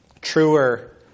truer